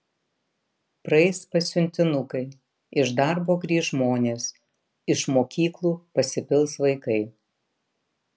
praeis pasiuntinukai iš darbo grįš žmonės iš mokyklų pasipils vaikai